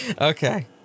Okay